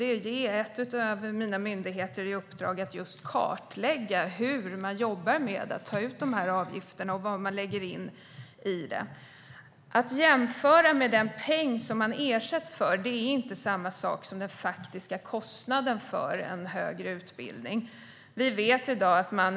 Jag ska ge en av mina myndigheter i uppdrag att kartlägga hur avgifterna tas ut och vad som läggs in i dem. Den peng man ersätts med går inte att jämföra med den faktiska kostnaden för en högre utbildning.